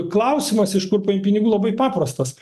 klausimas iš kur paimt pinigų labai paprastas